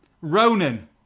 Ronan